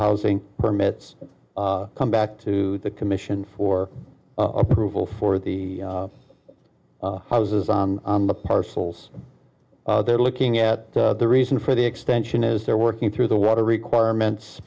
housing permits come back to the commission for approval for the houses on the parcels they're looking at the reason for the extension is they're working through the water requirements